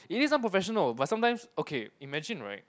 it is unprofessional but sometimes okay imagine right